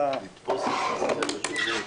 תודה רבה.